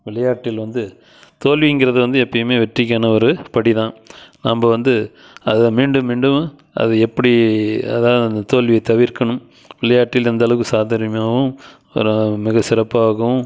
விளையாட்டில் வந்து தோல்விங்கிறது வந்து எப்பையுமே வெற்றிக்கான ஒரு படிதான் நம்ப வந்து அதை மீண்டும் மீண்டும் அது எப்படி அதான் அந்த தோல்வியை தவிர்க்கணும் விளையாட்டில் எந்த அளவுக்கு சாதுர்யமாகவும் ஒரு மிக சிறப்பாகவும்